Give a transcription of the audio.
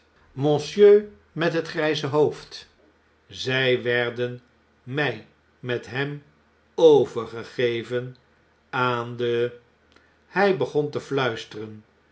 monsieur met het grgze hoofd zg werden mg met hem overgegeven aan de hg begon te fluisteren